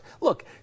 look